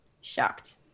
shocked